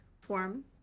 form